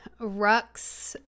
Rux